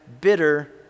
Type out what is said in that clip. bitter